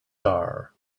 are